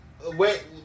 Wait